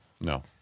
No